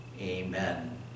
Amen